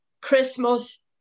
Christmas